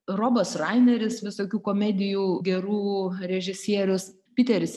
robas raineris visokių komedijų gerų režisierius piteris